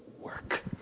work